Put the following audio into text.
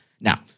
Now